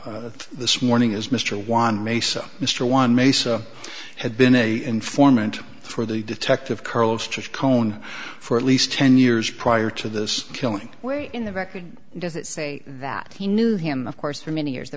address this morning is mr one mesa mr one mesa had been a informant for the detective carlos just cone for at least ten years prior to this killing where in the record does it say that he knew him of course for many years the